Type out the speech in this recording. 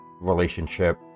relationship